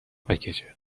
بکشه